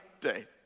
day